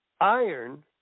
iron